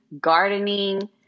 gardening